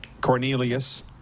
cornelius